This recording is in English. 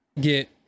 get